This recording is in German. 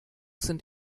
sind